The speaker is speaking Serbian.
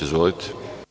Izvolite.